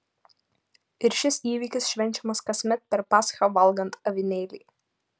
ir šis įvykis švenčiamas kasmet per paschą valgant avinėlį